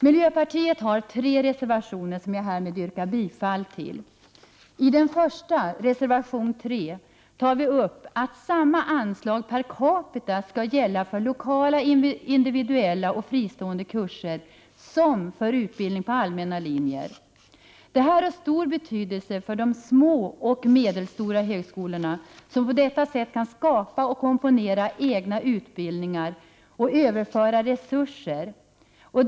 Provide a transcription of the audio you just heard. Miljöpartiet har avgivit tre reservationer som är fogade till betänkandet, vilka jag härmed yrkar bifall till. I reservation 3 menar vi att det per capita skall gälla samma anslag för lokala, individuella och fristående kurser som vid utbildning på allmänna linjer. Detta har stor betydelse för de små och medelstora högskolorna som på detta sätt kan skapa och komponera egna utbildningar och överföra resurser.